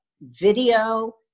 video